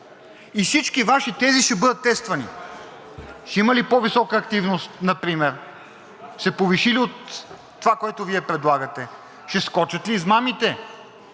и всички Ваши тези ще бъдат тествани. Ще има ли по-висока активност например? Ще се повиши ли това, което Вие предлагате? Ще скочат ли измамите?